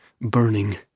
Burning